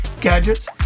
gadgets